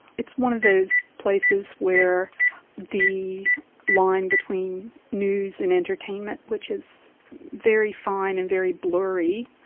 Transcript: it's one of those places where the line between news and entertainment, which is very fine and very blurry,